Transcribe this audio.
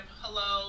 hello